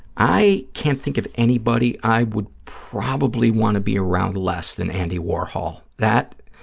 i can't think of anybody i would probably want to be around less than andy warhol. that